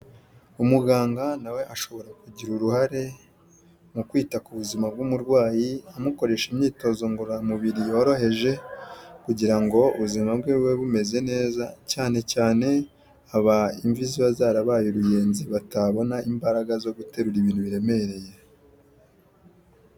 Umuganga na we ashobora kugira uruhare mu kwita ku buzima bw'umurwayi, umukoresha imyitozo ngororamubiri yoroheje kugira ngo ubuzima bwe bube bumeze neza, cyane cyane aba imvi ziba zarabaye uruyenzi batabona imbaraga zo guterura ibintu biremereye.